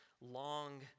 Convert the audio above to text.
long